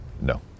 No